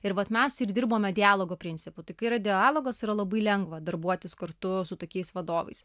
ir vat mes ir dirbome dialogo principu tai kai yra dialogas yra labai lengva darbuotis kartu su tokiais vadovais